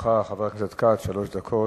לרשותך, חבר הכנסת כץ, שלוש דקות.